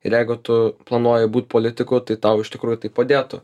ir jeigu tu planuoji būt politiku tai tau iš tikrųjų tai padėtų